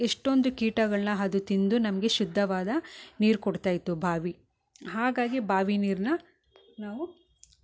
ಎಷ್ಟೊಂದು ಕೀಟಗಳನ್ನ ಅದು ತಿಂದು ನಮಗೆ ಶುದ್ಧವಾದ ನೀರು ಕೊಡ್ತಾ ಇತ್ತು ಬಾವಿ ಹಾಗಾಗಿ ಬಾವಿ ನೀರನ್ನ ನಾವು